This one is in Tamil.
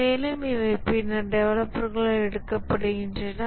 மேலும் இவை பின்னர் டெவலப்பர்களால் எடுக்கப்படுகின்றன